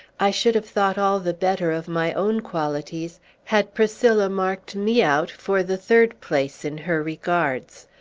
i should have thought all the better of my own qualities had priscilla marked me out for the third place in her regards.